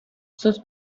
sus